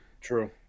True